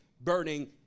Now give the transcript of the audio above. burning